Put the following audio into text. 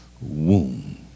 womb